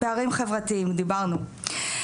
פערים חברתיים, דיברנו.